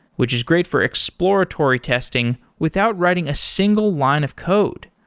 which is great for exploratory testing without writing a single line of code.